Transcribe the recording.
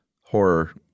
horror –